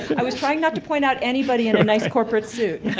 i was trying not to point out anybody in a nice corporate suit